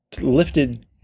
lifted